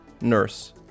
Nurse